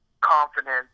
confidence